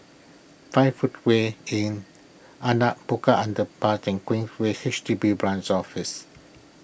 five Footway Inn Anak Bukit Underpass and Queensway H D B Branch Office